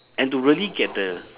and to really get the